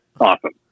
Awesome